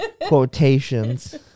quotations